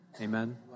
Amen